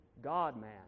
God-man